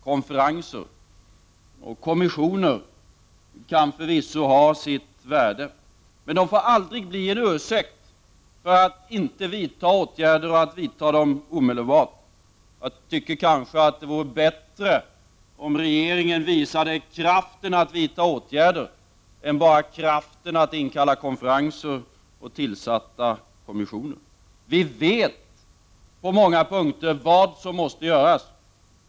Konferenser och kommissioner kan förvisso ha sitt värde. Men de får aldrig bli en ursäkt för att inte vidta åtgärder, eller att inte vidta dem omedelbart. Det vore kanske bättre om regeringen visade kraften att vidta åtgärder än att bara visa kraften att kalla in konferenser och tillsätta kommissioner. Vi vet på många punkter vad som måste göras.